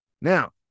Now